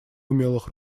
умелых